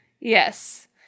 Yes